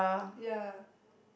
ya